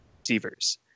receivers